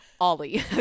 Ollie